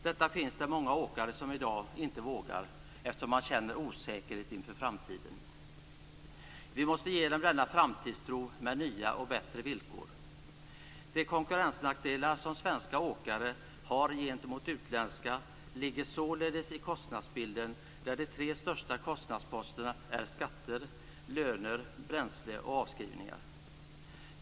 Det finns i dag många åkare som inte vågar göra det, eftersom de känner osäkerhet inför framtiden. Vi måste ge dem denna framtidstro med nya och bättre villkor. De konkurrensnackdelar som svenska åkare har gentemot utländska ligger således i kostnadsbilden där de fyra största kostnadsposterna är skatter, löner, bränsle och avskrivningar.